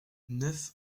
neuf